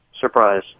surprise